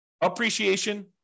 appreciation